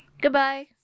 Goodbye